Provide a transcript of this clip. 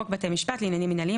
תיקון חוק בתי משפט לעניינים מנהליים